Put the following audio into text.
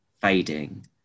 fading